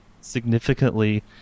significantly